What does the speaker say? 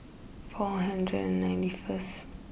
four hundred and ninety first